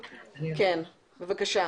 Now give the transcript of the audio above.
בבקשה.